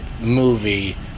movie